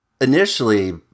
initially